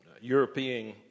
European